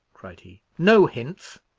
cried he no hints.